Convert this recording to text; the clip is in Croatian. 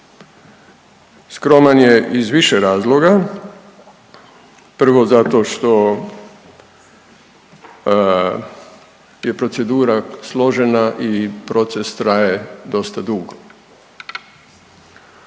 Skroman je iz više razloga, prvo zato što je procedura složena i proces traje dosta dugo